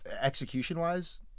Execution-wise